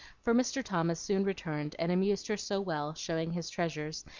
for mr. thomas soon returned, and amused her so well, showing his treasures,